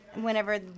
whenever